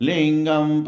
Lingam